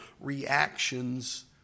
reactions